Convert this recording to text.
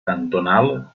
cantonal